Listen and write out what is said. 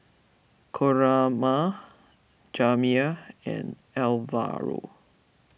Coraima Jamir and Alvaro